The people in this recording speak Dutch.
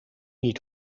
niet